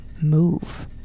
move